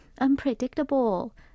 unpredictable